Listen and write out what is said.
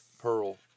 Pearl